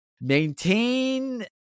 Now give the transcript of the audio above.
maintain